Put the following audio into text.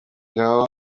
ngaho